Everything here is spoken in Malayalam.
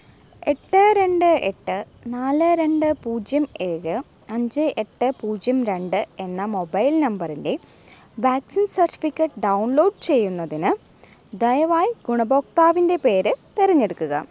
എട്ട് രണ്ട് എട്ട് നാല് രണ്ട് പൂജ്യം ഏഴ് അഞ്ച് എട്ട് പൂജ്യം രണ്ട് എന്ന മൊബൈൽ നമ്പറിൻ്റെ വാക്സിൻ സർട്ടിഫിക്കറ്റ് ഡൗൺലോഡ് ചെയ്യുന്നതിന് ദയവായി ഗുണഭോക്താവിൻ്റെ പേര് തിരഞ്ഞെടുക്കുക